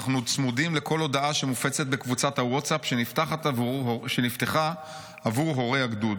אנחנו צמודים לכל הודעה שמופצת בקבוצת הוואטסאפ שנפתחה עבור הורי הגדוד.